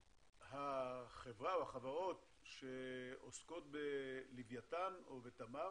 החברה או החברות שעוסקות בלוויתן או בתמר